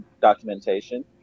documentation